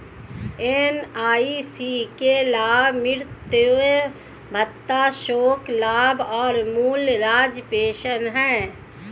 NIC के लाभ मातृत्व भत्ता, शोक लाभ और मूल राज्य पेंशन हैं